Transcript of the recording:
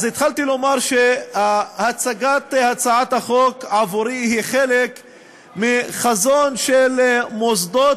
אז התחלתי לומר שהצגת הצעת החוק עבורי היא חלק מחזון של מוסדות